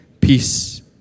peace